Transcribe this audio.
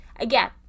Again